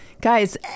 Guys